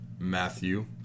Matthew